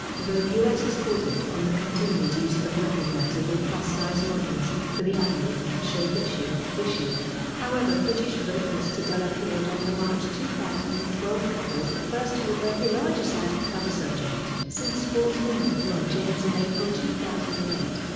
vogue u s. has faltered on the continued use of recognisable plus-size models for the annual shape issue issue however british vocalist adele appeared on the march two thousand and twelve cover as the first overtly larger-sized cover subject since sportsman lebron james in april two thousand and eight.